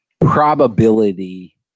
probability